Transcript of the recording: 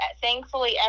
thankfully